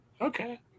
Okay